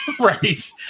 Right